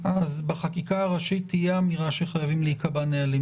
בחקיקה הראשית תהיה אמירה שחייבים להיקבע נהלים